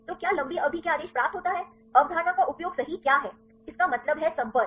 तो क्या लंबी अवधि के आदेश प्राप्त होता है अवधारणा का उपयोग सही क्या है इसका मतलब है संपर्क